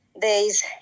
days